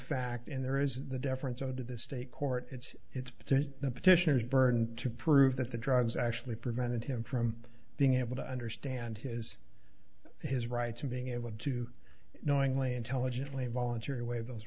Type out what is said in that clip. fact in there is the deference owed to the state court and it's to the petitioners burden to prove that the drugs actually prevented him from being able to understand his his rights to being able to knowingly intelligently voluntary waive those